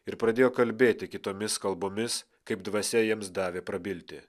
ir pradėjo kalbėti kitomis kalbomis kaip dvasia jiems davė prabilti